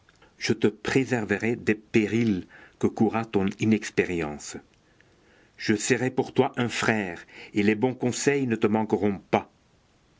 je te préserverai des périls que courra ton inexpérience je serai pour toi un frère et les bons conseils ne te manqueront pas